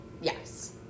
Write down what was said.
Yes